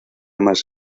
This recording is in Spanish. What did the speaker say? más